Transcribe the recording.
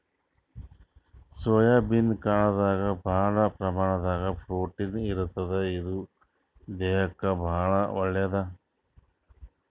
soybean ಕಾಳ್ದಾಗ್ ಭಾಳ್ ಪ್ರಮಾಣದಾಗ್ ಪ್ರೊಟೀನ್ ಇರ್ತದ್ ಇದು ದೇಹಕ್ಕಾ ಭಾಳ್ ಒಳ್ಳೇದ್